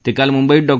ते काल मुंबईत डॉ